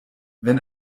wenn